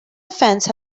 offence